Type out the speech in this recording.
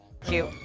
Cute